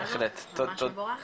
ממש מבורך